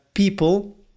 people